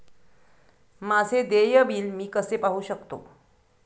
माझे देय बिल मी कसे पाहू शकतो?